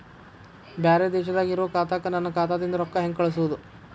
ಬ್ಯಾರೆ ದೇಶದಾಗ ಇರೋ ಖಾತಾಕ್ಕ ನನ್ನ ಖಾತಾದಿಂದ ರೊಕ್ಕ ಹೆಂಗ್ ಕಳಸೋದು?